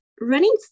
Running